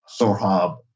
Sorhab